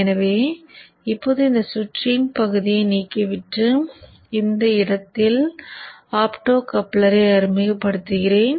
எனவே இப்போது இந்த சுற்றின் பகுதியை நீக்கிவிட்டு இந்த இடத்தில் ஆப்டோகப்ளரை அறிமுகப்படுத்துகிறேன்